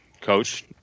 coach